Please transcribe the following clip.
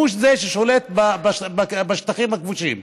הוא זה ששולט בשטחים הכבושים.